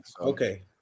Okay